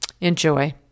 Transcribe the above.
Enjoy